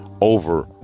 over